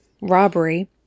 robbery